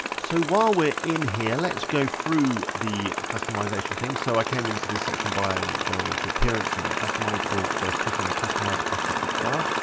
so while we're in here, let's go through the customization thing. so i came into this section by going into appearance and then customise or by clicking on customise across the top bar.